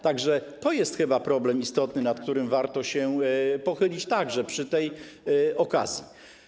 Tak że to jest chyba problem istotny, nad którym też warto się pochylić przy tej okazji.